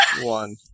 One